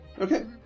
okay